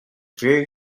very